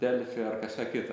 delfi ar kažką kita